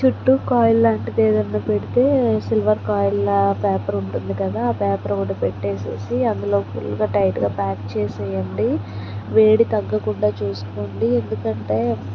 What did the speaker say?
చుట్టూ కాయిల్ లాంటిది ఏదన్నపెడితే సిల్వర్ కాయిల్లా పేపర్ ఉంటుంది కదా ఆ పేపర్ ఒకటి పెట్టేసేసి అందులో ఫుల్గా టైట్గా ప్యాక్ చేసేయండి వేడి తగ్గకుండా చూసుకోండి ఎందుకంటే